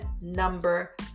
number